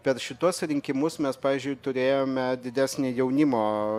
per šituos rinkimus mes pavyzdžiui turėjome didesnį jaunimo